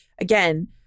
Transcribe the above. Again